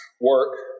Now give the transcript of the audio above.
work